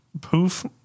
poof